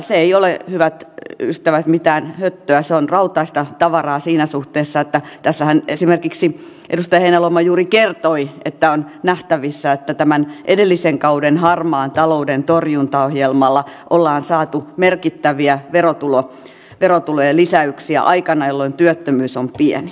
se ei ole hyvät ystävät mitään höttöä se on rautaista tavaraa siinä suhteessa että tässähän esimerkiksi edustaja heinäluoma juuri kertoi että on nähtävissä että tämän edellisen kauden harmaan talouden torjuntaohjelmalla ollaan saatu merkittäviä verotulojen lisäyksiä aikana jolloin työttömyys on iso